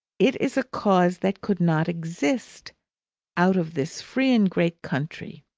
it is a cause that could not exist out of this free and great country.